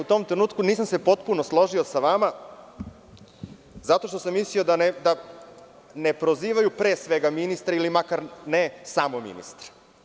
U tom trenutku se ja nisam potpuno složio sa vama, zato što sam mislio da ne prozivaju pre svega ministre ili makar ne samo ministre.